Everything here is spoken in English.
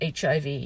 HIV